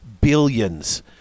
billions